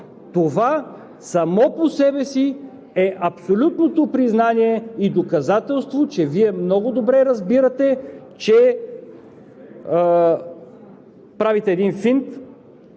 Това само по себе си е абсолютното признание и доказателство, че Вие много добре разбирате, че правите един финт,